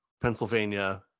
Pennsylvania